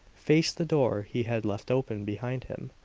faced the door he had left open behind him,